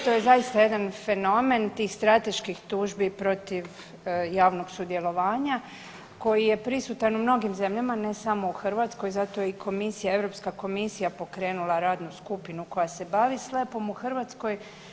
To je zaista jedan fenomen tih strateških tužbi protiv javnog sudjelovanja koji je prisutan u mnogim zemljama, ne samo u Hrvatskoj zato je i komisija, Europska komisija pokrenula radnu skupina koja se bavi „slepom“ u Hrvatskoj.